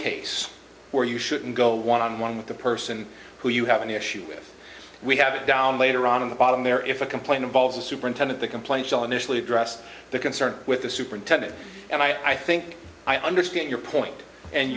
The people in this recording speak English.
case where you shouldn't go one on one with the person who you have an issue we have it down later on in the bottom there if a complaint involves a superintendent the complaints all initially addressed the concern with the superintendent and i think i understand your point and